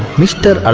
mister?